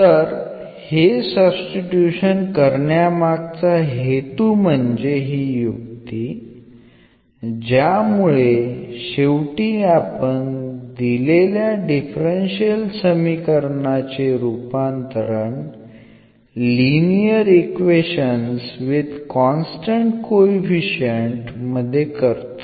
तर हे सब्स्टिट्यूशन करण्यामागचा हेतू म्हणजे ही युक्ती ज्यामुळे शेवटी आपण दिलेल्या डिफरन्शियल समीकरणाचे रूपांतरण linear equations with constant coefficient मध्ये करतो